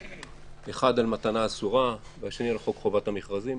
אחד על מתנה אסורה והשני על חוק חובת המכרזים.